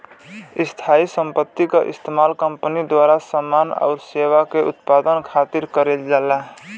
स्थायी संपत्ति क इस्तेमाल कंपनी द्वारा समान आउर सेवा के उत्पादन खातिर करल जाला